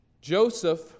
Joseph